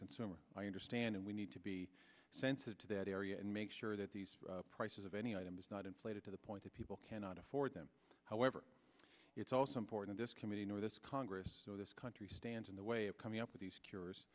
consumer i understand we need to be sensitive to that area and make sure that the prices of any item is not inflated to the point that people cannot afford them however it's also important this committee nor this congress this country stands in the way of coming up with these cures